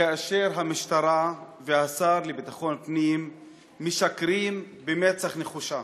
כאשר המשטרה והשר לביטחון פנים משקרים במצח נחושה.